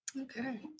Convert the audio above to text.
Okay